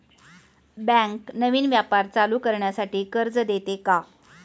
Bank नवीन व्यापार चालू करण्यासाठी कर्ज देते का?